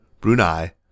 Brunei